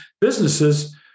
businesses